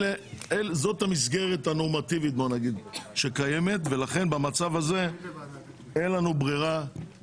זאת המסגרת הנורמטיבית שקיימת ולכן במצב הזה אין לנו ברירה